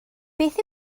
beth